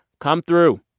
come through.